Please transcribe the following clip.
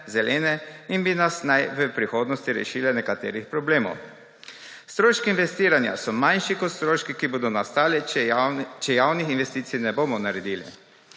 in naj bi nas v prihodnosti rešile nekaterih problemov. Stroški investiranja so manjši kot stroški, ki bodo nastali, če javnih investicij ne bomo naredili.